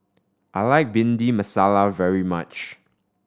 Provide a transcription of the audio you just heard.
I like Bhindi Masala very much